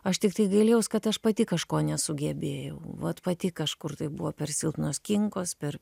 aš tiktai gailėjaus kad aš pati kažko nesugebėjau vot pati kažkur tai buvo per silpnos kinkos per